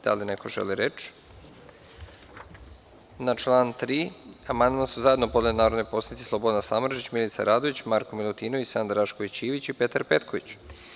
Da li neko želi reč? (Ne.) Na član 3. amandman su zajedno podneli narodni poslanici Slobodan Samardžić, Milica Radović, Marko Milutinović, Sadna Rašković Ivić, Petar Petković.